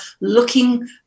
looking